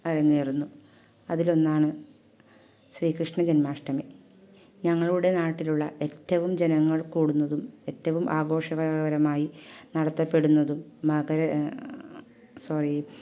അരങ്ങേറുന്നു അതിലൊന്നാണ് ശ്രീകൃഷ്ണ ജന്മാഷ്ടമി ഞങ്ങളുടെ നാട്ടിലുള്ള ഏറ്റവും ജനങ്ങൾ കൂടുന്നതും ഏറ്റവും ആഘോഷകരമായി നടത്തപ്പെടുന്നതും മകര സോറി